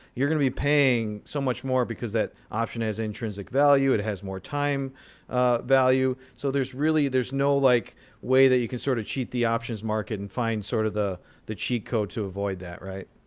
you're going to be paying so much more because that option has intrinsic value. it has more time value. so there's really there's no like way that you can sort of cheat the options market and find sort of the the cheat code to avoid that, right?